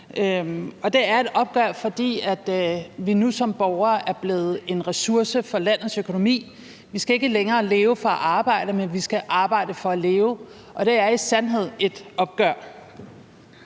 Det er et opgør, fordi vi nu som borgere er blevet en ressource for landets økonomi. Vi skal ikke længere leve for at arbejde, men vi skal arbejde for at leve, og det er i sandhed et opgør.